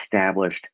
established